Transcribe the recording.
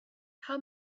how